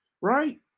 right